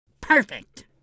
Perfect